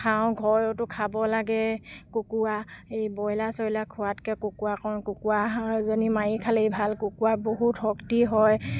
খাওঁ ঘৰতো খাব লাগে কুকুৰা এই বইলাৰ চইলাৰ খোৱাতকৈ কুকুৰা কুকুৰা হাঁহ এজনী মাৰি খালেই ভাল কুকুৰাত বহুত শক্তি হয়